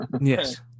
Yes